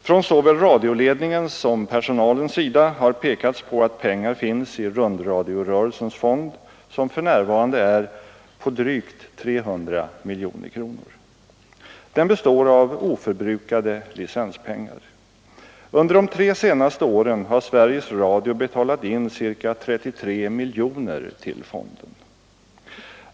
Från såväl radioledningens som personalens sida har pekats på att pengar finns i rundradiorörelsens fond, som för närvarande är på drygt 300 miljoner kronor. Den består av oförbrukade licenspengar. Under de tre senaste åren har Sveriges Radio betalat in ca 33 miljoner kronor till fonden.